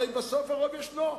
הרי בסוף הרוב ישנו.